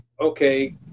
Okay